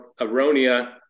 aronia